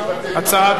הצעת